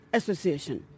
association